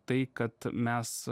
tai kad mes